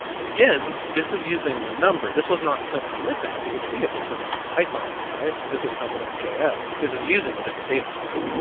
and again this is using the number, this was not sent from this app. you can see it was sent from the python app, right? this is complimenter js, but this is using a different data source,